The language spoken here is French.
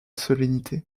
solennité